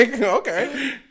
okay